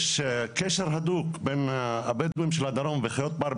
יש קשר הדוק בין הבדואים של הדרום וחיות בר בכלל.